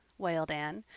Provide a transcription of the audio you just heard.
wailed anne.